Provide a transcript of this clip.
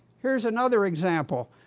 here's another example.